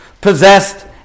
possessed